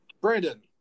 Brandon